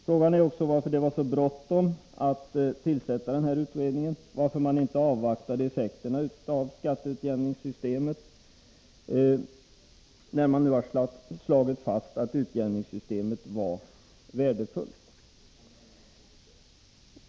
Frågan är också varför det var så bråttom att tillsätta utredningen och varför man inte avvaktade effekterna av skatteutjämningssystemet, när man nu har slagit fast att utjämningssystemet var värdefullt.